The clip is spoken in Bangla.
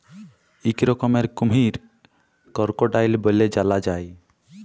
ইক রকমের কুমহির করকোডাইল ব্যলে জালা যায়